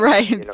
Right